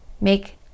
Make